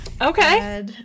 Okay